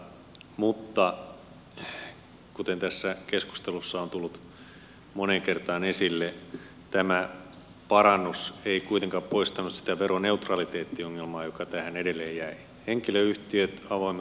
mutta kuten tässä keskustelussa on tullut moneen kertaan esille tämä parannus ei kuitenkaan poistanut sitä veroneutraliteettiongelmaa joka tähän edelleen jäi